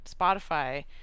Spotify